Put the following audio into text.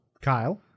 Kyle